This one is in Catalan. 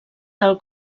del